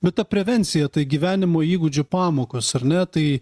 bet ta prevencija tai gyvenimo įgūdžių pamokos ar ne tai